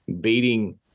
beating